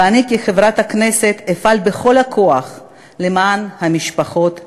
ואני כחברת כנסת אפעל בכל הכוח למען המשפחות האלו.